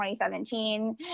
2017